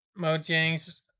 Mojang's